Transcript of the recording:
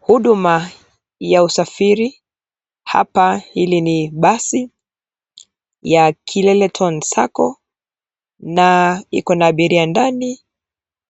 Huduma ya usafiri hapa hili ni basi, ya Kileleton sacco na iko na abiria ndani